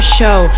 show